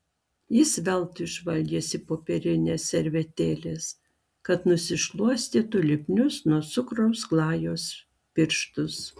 jis veltui žvalgėsi popierinės servetėlės kad nusišluostytų lipnius nuo cukraus glajaus pirštus